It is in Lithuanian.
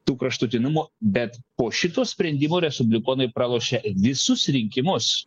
tų kraštutinumų bet po šito sprendimo respublikonai pralošė visus rinkimus